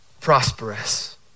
prosperous